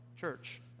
church